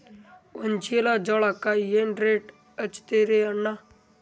ಒಂದ ಚೀಲಾ ಜೋಳಕ್ಕ ಏನ ರೇಟ್ ಹಚ್ಚತೀರಿ ಅಣ್ಣಾ?